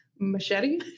Machete